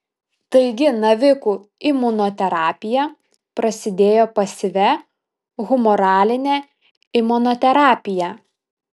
taigi navikų imunoterapija prasidėjo pasyvia humoraline imunoterapija